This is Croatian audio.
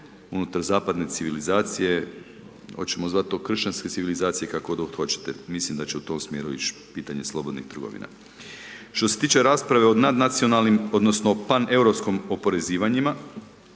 unutar zapadne civilizacije, hoćemo zvat to kršćanske civilizacije, kako god hoćete, mislim da će u tom smjeru ići pitanje slobodnih trgovina. Što se tiče rasprave od nadnacionalnim odnosno paneuropskom oporezivanjima,